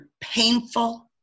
painful